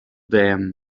them